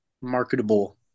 marketable